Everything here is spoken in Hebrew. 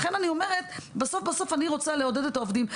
לכן אני אומרת: בסוף, אני רוצה לעודד את העובדים.